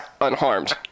unharmed